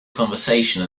conversation